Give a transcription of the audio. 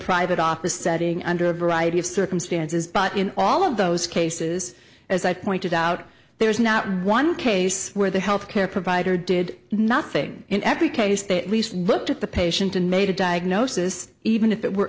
private office setting under a variety of circumstances but in all of those cases as i pointed out there is not one case where the health care provider did nothing in every case they at least looked at the patient and made a diagnosis even if it were